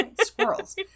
Squirrels